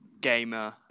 gamer